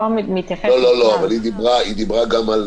לא, אבל היא דיברה גם על